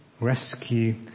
Rescue